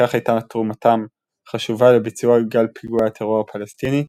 שכך הייתה תרומתם חשובה לביצוע גל פיגועי הטרור הפלסטיני,